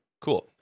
Cool